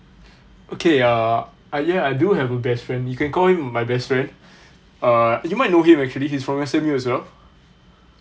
okay uh I ya I do have a best friend you can call him my best friend uh you might know him actually he's from S_M_U as well